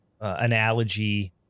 analogy